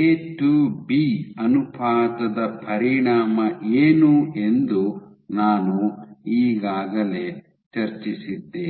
A to B ಅನುಪಾತದ ಪರಿಣಾಮ ಏನು ಎಂದು ನಾನು ಈಗಾಗಲೇ ಚರ್ಚಿಸಿದ್ದೇನೆ